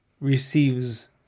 receives